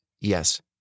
yes